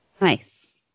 Nice